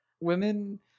women